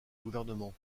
gouvernement